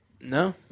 No